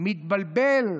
מתבלבל.